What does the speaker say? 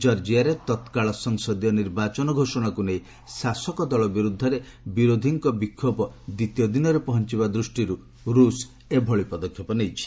ଜର୍ଜିଆରେ ତତ୍କାଳ ସଂସଦୀୟ ନିର୍ବାଚନ ଘୋଷଣାକୁ ନେଇ ଶାସକ ଦଳ ବିରୁଦ୍ଧରେ ବିରୋଧୀଙ୍କ ବିକ୍ଷୋଭ ଦ୍ୱିତୀୟ ଦିନରେ ପହଞ୍ଚଥିବା ଦୃଷ୍ଟିରୁ ରୁଷ୍ ଏହି ପଦକ୍ଷେପ ନେଇଛି